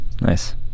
Nice